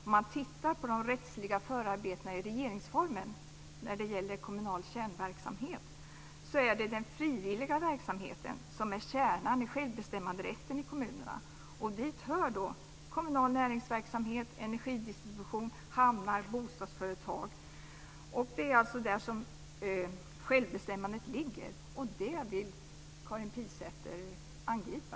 Om man tittar på de rättsliga förarbetena i regeringsformen när det gäller kommunal kärnverksamhet är det den frivilliga verksamheten som är kärnan i självbestämmanderätten i kommunerna, och dit hör kommunal näringsverksamhet, energidistribution, hamnar, bostadsföretag. Det är alltså där som självbestämmandet ligger. Och det vill Karin Pilsäter angripa.